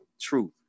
Truth